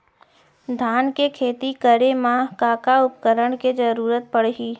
धान के खेती करे मा का का उपकरण के जरूरत पड़हि?